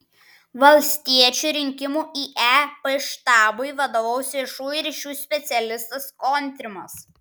valstiečių rinkimų į ep štabui vadovaus viešųjų ryšių specialistas kontrimas